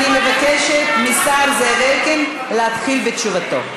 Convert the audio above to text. אני מבקשת מהשר זאב אלקין להתחיל בתשובתו.